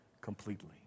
completely